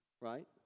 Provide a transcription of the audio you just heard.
...right